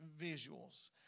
visuals